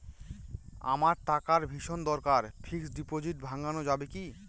আমার টাকার ভীষণ দরকার ফিক্সট ডিপোজিট ভাঙ্গানো যাবে কি?